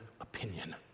opinion